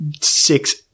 six